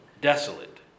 Desolate